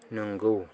नोंगौ